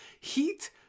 heat